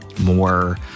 more